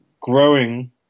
growing